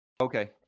Okay